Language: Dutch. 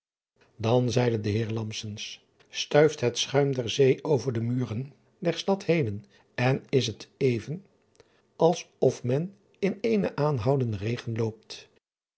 an zeide de eer sturft het schuim der zee over de muren der stad henen en t is even als of men in eenen aanhoudenden regen loopt